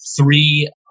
three